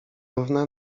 równe